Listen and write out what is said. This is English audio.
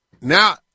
now